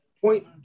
Point